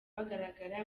bagaragara